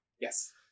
Yes